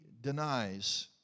denies